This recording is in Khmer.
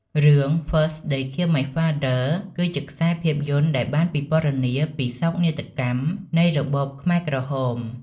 រឿង First They Killed My Father គឺជាខ្សែភាពយន្តដែលបានពណ៌នាពីសោកនាដកម្មនៃរបបខ្មែរក្រហម។